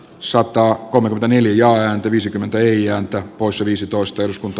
sota on vaniljaan viisikymmentä ei antaa poissa viisitoista eduskunta